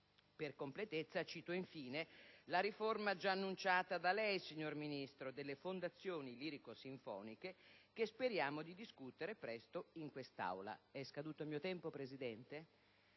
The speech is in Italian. Per completezza, cito infine la riforma già annunciata da lei, signor Ministro, delle fondazioni lirico-sinfoniche, che speriamo di discutere presto in quest'Aula. Noi siamo con lei e